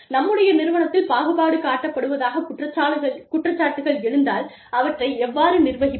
நம்முடைய நிறுவனத்தில் பாகுபாடு காட்டப்படுவதாகக் குற்றச்சாட்டுகள் எழுந்தால் அவற்றை எவ்வாறு நிர்வகிப்பது